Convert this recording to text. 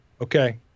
Okay